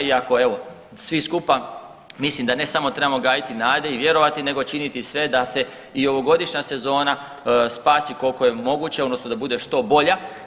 Iako evo svi skupa mislim ne samo trebamo gajiti nade i vjerovati, nego činiti sve da se i ovogodišnja sezona spasi koliko je moguće, odnosno da bude što bolja.